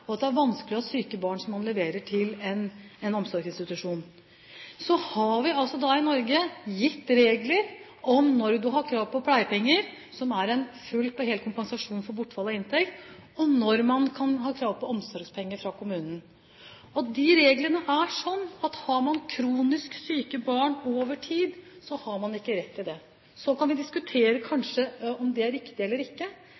og at det er vanskelig å ha syke barn som man leverer til en omsorgsinstitusjon. Så har vi altså da i Norge gitt regler om når du har krav på pleiepenger, som er en full og hel kompensasjon for bortfall av inntekt, og når man kan ha krav på omsorgspenger fra kommunen. De reglene er sånn at har man kronisk syke barn over tid, har man ikke rett til det. Så kan vi kanskje diskutere om det er riktig eller ikke.